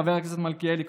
חבר הכנסת מלכיאלי,